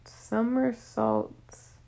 somersaults